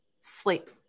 sleep